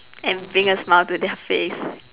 and bring a smile to their face